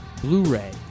Blu-ray